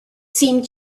seemed